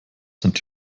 sind